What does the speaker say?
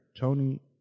Tony